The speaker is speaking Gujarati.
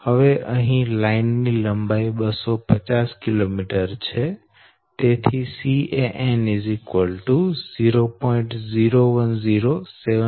હવે લાઈન ની લંબાઈ 250 કિલોમીટર છે એટલે Can 0